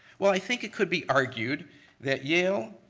well, i think it could be argued that yale,